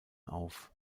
auf